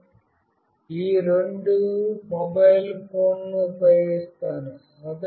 నేను ఈ రెండు మొబైల్ ఫోన్లను ఉపయోగిస్తాను